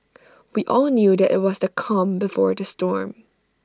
we all knew that IT was the calm before the storm